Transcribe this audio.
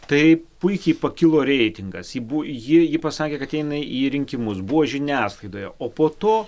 taip puikiai pakilo reitingas ji bu ji pasakė kad ji eina į rinkimus buvo žiniasklaidoje o po to